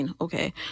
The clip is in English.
Okay